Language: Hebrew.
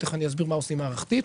תכף אסביר מה עושים מערכתית.